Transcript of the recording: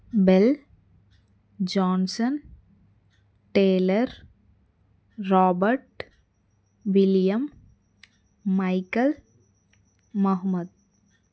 bell Johnson Tyler Robert William Michael Mohammed